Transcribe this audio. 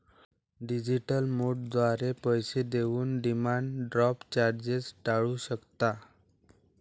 digital मोडद्वारे पैसे देऊन डिमांड ड्राफ्ट चार्जेस टाळू शकता